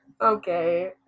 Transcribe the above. Okay